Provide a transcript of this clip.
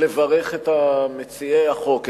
לברך את מציעי החוק,